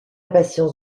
patience